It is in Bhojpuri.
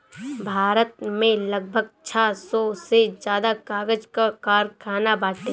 भारत में लगभग छह सौ से ज्यादा कागज कअ कारखाना बाटे